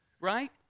right